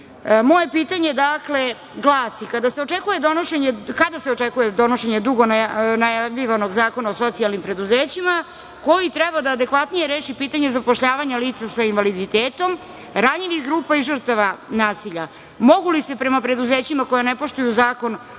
pitanje, dakle, glasi – kada se očekuje donošenje dugo najavljivanog zakona o socijalnim preduzećima, koji treba da adekvatnije reši pitanje zapošljavanja lica sa invaliditetom, ranjivih grupa i žrtava nasilja? Mogu li se prema preduzećima koja ne poštuju Zakon